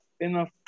enough